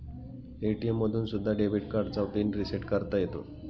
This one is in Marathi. ए.टी.एम मधून सुद्धा डेबिट कार्डचा पिन रिसेट करता येतो